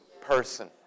person